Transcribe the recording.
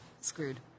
screwed